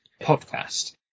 podcast